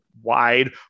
Wide